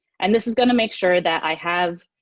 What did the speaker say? and this is going to make sure that i have